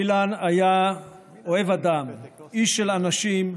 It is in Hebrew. אילן היה אוהב אדם, איש של אנשים,